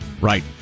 Right